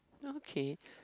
okay